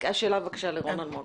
השאלה מופנית לרון אלמוג.